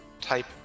type